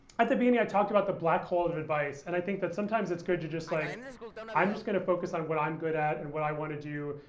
at the beginning, i talked about the black hole of advice. and i think that, sometimes, it's good to just like i'm i'm just going to focus on what i'm good at, and what i want to do,